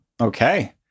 Okay